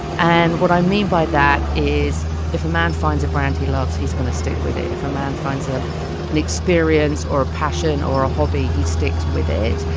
and what i mean by that is if a man finds a brand he loves, he's gonna stick with it. if a man finds a an experience or a passion or a hobby. he sticks with it.